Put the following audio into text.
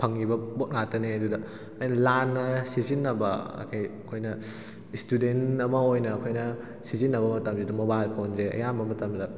ꯐꯪꯉꯤꯕ ꯄꯣꯠ ꯉꯥꯛꯇꯅꯦ ꯑꯗꯨꯗ ꯑꯩꯅ ꯂꯥꯟꯅ ꯁꯤꯖꯤꯟꯅꯕ ꯀꯔꯤ ꯑꯩꯈꯣꯏꯅ ꯏꯁꯇꯨꯗꯦꯟ ꯑꯃ ꯑꯣꯏꯅ ꯑꯩꯈꯣꯏꯅ ꯁꯤꯖꯤꯟꯅꯕ ꯃꯇꯝꯁꯤꯗ ꯃꯣꯕꯥꯏꯜ ꯐꯣꯟꯁꯦ ꯑꯌꯥꯝꯕ ꯃꯇꯝꯗ